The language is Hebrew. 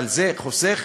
אבל זה חוסך